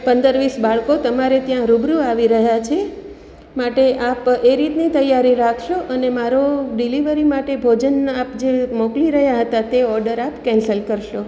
પંદર વીસ બાળકો તમારે ત્યાં રૂબરૂ આવી રહ્યાં છે માટે આપ એ રીતની તૈયારી રાખજો અને મારો ડિલેવરી માટે ભોજન આપ જે મોકલી રહ્યા હતા તે ઓડર આપ કેન્સલ કરશો